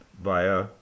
via